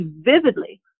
vividly